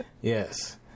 Yes